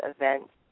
events